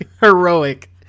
heroic